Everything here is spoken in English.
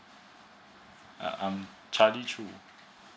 uh charlie choo